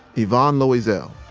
yvonne loiselle,